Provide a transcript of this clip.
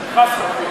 חס וחלילה.